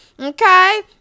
Okay